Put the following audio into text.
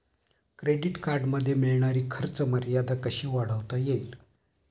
Credit कार्डमध्ये मिळणारी खर्च मर्यादा कशी वाढवता येईल?